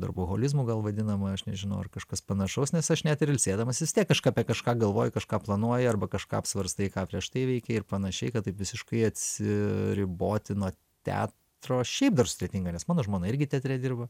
darboholizmu gal vadinama aš nežinau ar kažkas panašaus nes aš net ilsėdamasis vis tiek kažką apie kažką galvoji kažką planuoji arba kažką apsvarstai ką prieš tai veikė ir panašiai kad taip visiškai atsiriboti nuo teatro šiaip dar sudėtinga nes mano žmona irgi teatre dirba